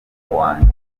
wanjye